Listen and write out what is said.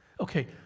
Okay